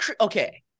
okay